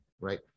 right